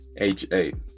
H8